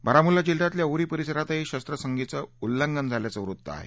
बारामुल्ला जिल्ह्यातल्या उरी परिसरातही शरत्रसंधीचं उल्लंघन झाल्याचं वृत्त आहे